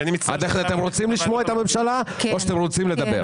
אתם רוצים לשמוע את הממשלה או שאתם רוצים לדבר?